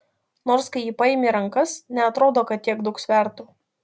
nors kai jį paimi į rankas neatrodo kad tiek daug svertų